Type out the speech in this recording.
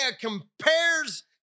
compares